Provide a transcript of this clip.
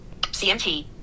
CMT